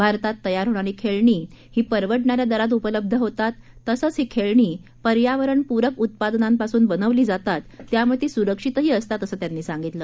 भारतात तयार होणारी खेळणी ही परवडणाऱ्या दरात उपलब्ध होतात तसंच ही खेळणी पर्यावरणप्रक उत्पादनांपासून बनवली जातात त्यामुळे ती सुरक्षितही असतात असं त्यांनी सांगितलं